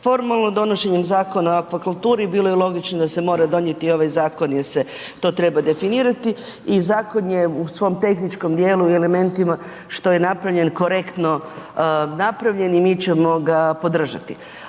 Formalno donošenjem Zakona o akvakulturi, bilo je logično da se mora donijeti ovaj zakon jer se to treba definirati i zakon je u svom tehničkom djelu i elementima što je napravljen, korektno napravljen i mi ćemo ga podržati.